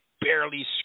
barely